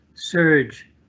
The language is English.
surge